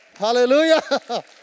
Hallelujah